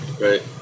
Right